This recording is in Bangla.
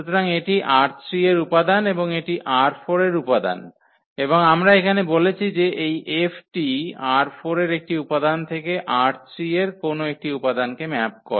সুতরাং এটি ℝ3 এর উপাদান এবং এটি ℝ4 এর উপাদান এবং আমরা এখানে বলেছি যে এই F টি ℝ4 এর একটি উপাদান থেকে ℝ3 এর কোনও একটি উপাদানকে ম্যাপ করে